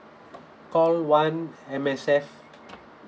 call one M_S_F